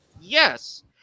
Yes